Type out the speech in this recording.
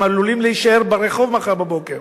שהם עלולים להישאר ברחוב מחר בבוקר.